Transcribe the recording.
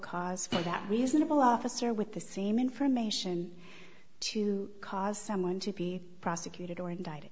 that reasonable officer with the same information to cause someone to be prosecuted or indicted